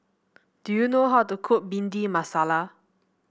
do you know how to cook Bhindi Masala